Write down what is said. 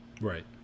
right